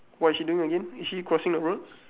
what is she doing again is she crossing the road